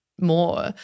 more